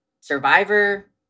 Survivor